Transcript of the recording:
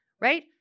Right